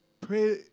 pray